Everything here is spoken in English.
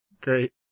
Great